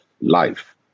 life